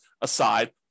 aside